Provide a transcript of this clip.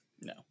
No